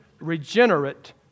regenerate